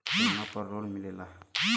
सोना पर लोन मिलेला?